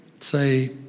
say